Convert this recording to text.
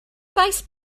faes